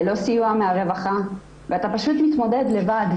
ללא סיוע מהרווחה ואתה פשוט מתמודד לבד.